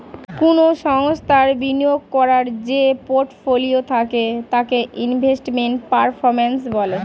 কোন সংস্থায় বিনিয়োগ করার যে পোর্টফোলিও থাকে তাকে ইনভেস্টমেন্ট পারফর্ম্যান্স বলে